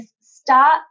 start